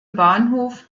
bahnhof